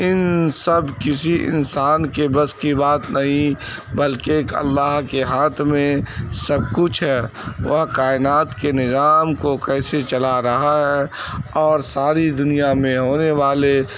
ان سب کسی انسان کے بس کی بات نہیں بلکہ ایک اللہ کے ہاتھ میں سب کچھ ہے وہ کائنات کے نظام کو کیسے چلا رہا ہے اور ساری دنیا میں ہونے والے